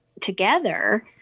together